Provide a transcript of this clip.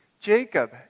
Jacob